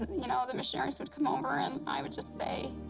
you know, the missionaries would come over and i would just say,